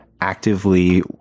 actively